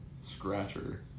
scratcher